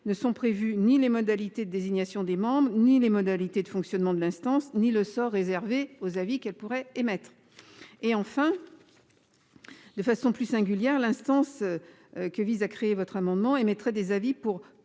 ne sont prévues, ni les modalités de désignation des membres ni les modalités de fonctionnement de l'instance ni le sort réservé aux avis qu'elle pourrait émettre. Et enfin. De façon plus singulière, l'instance. Que vise à créer votre amendement émettraient des avis pour